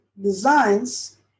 designs